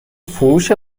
فروش